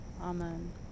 Amen